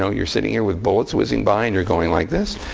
so you're sitting here with bullets whizzing by and you're going like this?